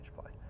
play